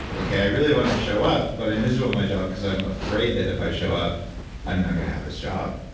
okay i really want to show up, but i'm miserable at my job because i'm afraid that if i show up i'm not gonna have this job.